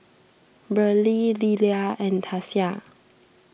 Beryl Lilia and Tasia